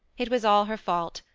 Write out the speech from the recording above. it was all her fault,